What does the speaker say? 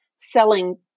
selling